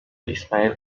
ismaïl